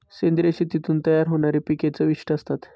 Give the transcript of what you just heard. सेंद्रिय शेतीतून तयार होणारी पिके चविष्ट असतात